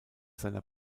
seiner